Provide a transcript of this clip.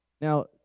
Now